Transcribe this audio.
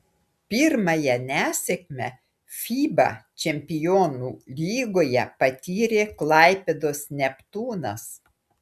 pirmąją nesėkmę fiba čempionų lygoje patyrė klaipėdos neptūnas